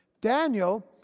Daniel